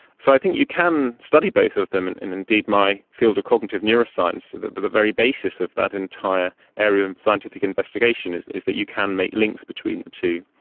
so i think you can study both of them, and and indeed my field of cognitive neuroscience, the the very basis of that entire area of scientific investigation is is that you can make links between the two.